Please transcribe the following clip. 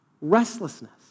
Restlessness